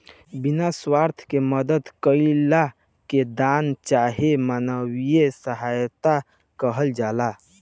बिना स्वार्थ के मदद कईला के दान चाहे मानवीय सहायता कहल जाला